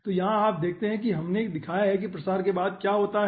तो यहाँ आप देखते हैं कि हमने दिखाया है कि प्रसार के बाद क्या होता है